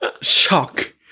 shock